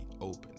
open